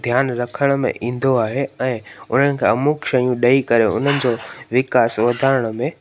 ध्यानु रखण में ईंदो आहे ऐं उन्हनि खां अमूक शयूं ॾेई करे उन्हनि जो विकास वधाइण में